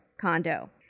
condo